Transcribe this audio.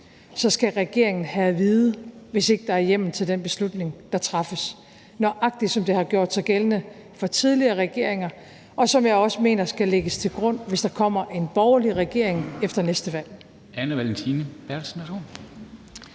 så skal regeringen have det at vide, hvis ikke der er hjemmel til at træffe den beslutning, der træffes, nøjagtig som det har gjort sig gældende for tidligere regeringer. Og det mener jeg også skal lægges til grund, hvis der kommer en borgerlig regering efter næste valg.